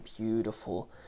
beautiful